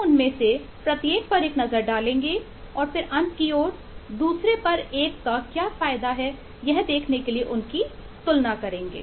हम उनमें से प्रत्येक पर एक नज़र डालेंगे और फिर अंत की ओर दूसरे पर एक का क्या फायदा है यह देखने के लिए उनकी तुलना करेंगे